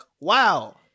wow